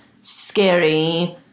scary